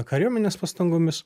kariuomenės pastangomis